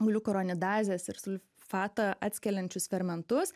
gliukuronidazės ir sulfatą atskeliančius fermentus